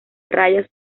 rayas